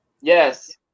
Yes